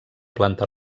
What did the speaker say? planta